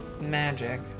magic